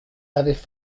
avaient